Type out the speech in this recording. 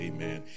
Amen